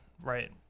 right